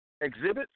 Exhibit